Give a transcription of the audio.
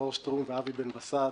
דרור שטרום ואת אבי בן בסט.